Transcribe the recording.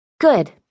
Good